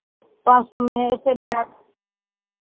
पाँच सौ में ऐसे भी आता